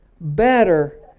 better